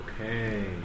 Okay